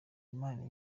imana